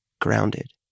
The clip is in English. grounded